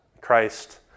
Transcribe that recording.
Christ